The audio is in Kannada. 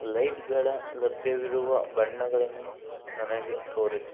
ಲೈಟ್ಗಳ ಲಭ್ಯವಿರುವ ಬಣ್ಣಗಳನ್ನು ನನಗೆ ತೋರಿಸು